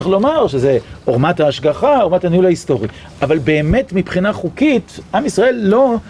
צריך לומר שזה עורמת ההשגחה, עורמת הניהול ההיסטורי, אבל באמת מבחינה חוקית, עם ישראל לא...